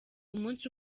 umunsi